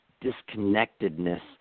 disconnectedness